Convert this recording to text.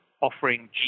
offering